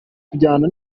kujyana